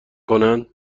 کنن